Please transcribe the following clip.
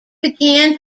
began